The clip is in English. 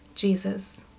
Jesus